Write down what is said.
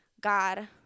God